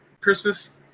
Christmas